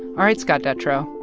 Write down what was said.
all right, scott detrow,